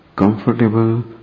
comfortable